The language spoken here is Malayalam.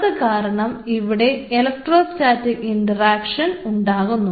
ഇത് കാരണം ഇവിടെ ഇലക്ട്രോസ്റ്റാറ്റിക് ഇൻട്രൊഡക്ഷൻ ഉണ്ടാകുന്നു